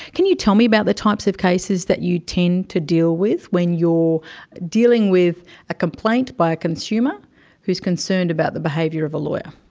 can you tell me about the types of cases that you tend to deal with when you're dealing with a complaint by a consumer who's concerned about the behaviour of a lawyer.